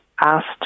asked